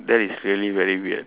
that is really very weird